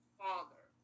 father